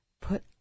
put